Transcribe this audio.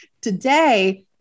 today